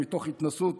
מתוך התנשאות